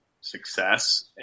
success